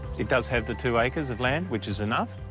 it does have the two acres of land, which is enough,